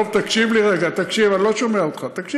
הם לא פלשו.